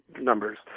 numbers